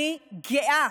אני גאה